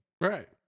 Right